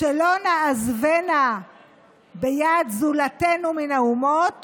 ש"לא נעזבנה ביד זולתנו מן האומות